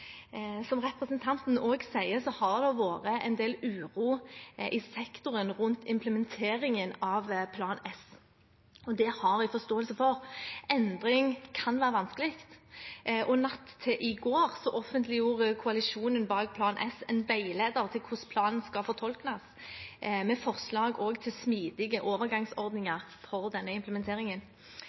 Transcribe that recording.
Som representanten også sier, har det vært en del uro i sektoren rundt implementeringen av Plan S. Det har jeg forståelse for. Endring kan være vanskelig, og natt til i går offentliggjorde koalisjonen bak Plan S en veileder til hvordan planen skal fortolkes, med forslag også til smidige overgangsordninger for denne implementeringen.